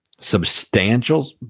substantial